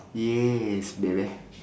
yes baby